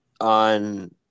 on